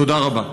תודה רבה.